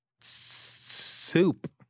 soup